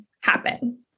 happen